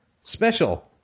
special